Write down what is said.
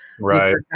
Right